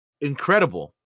incredible